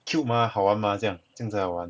cute mah 好玩 mah 这样这样才好玩